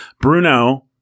Bruno